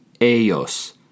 Ellos